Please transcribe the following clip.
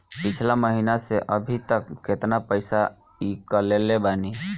पिछला महीना से अभीतक केतना पैसा ईकलले बानी?